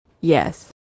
Yes